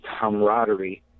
camaraderie